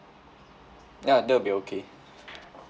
ya that will be okay